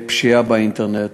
לטיפול בפשיעה באינטרנט.